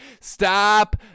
Stop